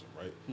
right